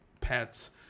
pets